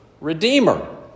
redeemer